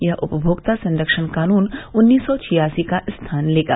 यह उपभोक्ता संरक्षण कानून उन्नीस सौ छियासी का स्थान लेगा